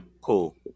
Cool